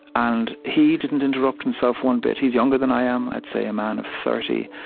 and he didn't interrupt himself one bit. he's younger than i am i'd say, a man of thirty.